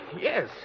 Yes